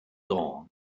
dawn